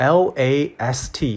last